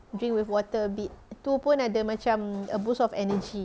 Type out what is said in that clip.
drink with water a bit tu pun ada macam a boost of energy